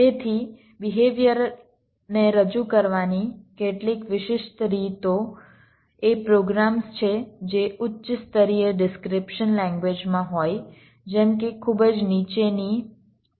તેથી બિહેવિયર ને રજૂ કરવાની કેટલીક વિશિષ્ટ રીતો એ પ્રોગ્રામ્સ છે જે ઉચ્ચ સ્તરીય ડિસ્ક્રિપ્શન લેંગ્વેજ માં હોય જેમ કે ખૂબ જ નીચેની PHDL